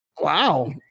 Wow